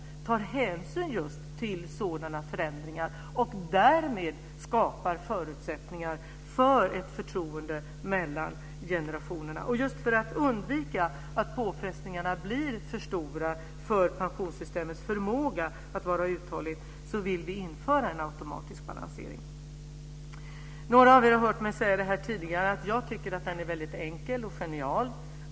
Det tar hänsyn till sådana förändringar och skapar därmed förutsättningar för ett förtroende mellan generationerna. För att undvika att påfrestningarna blir för stora för pensionssystemets förmåga att vara uthålligt vill vi införa en automatisk balansering. Några av er har tidigare hört mig säga att jag tycker att den automatiska balanseringen är enkel och genial.